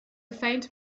faint